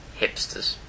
hipsters